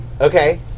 Okay